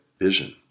vision